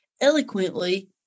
eloquently